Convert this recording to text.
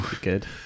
good